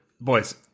boys